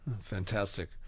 Fantastic